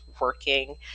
working